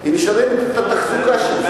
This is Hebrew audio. היא משלמת את התחזוקה של זה.